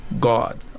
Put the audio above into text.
God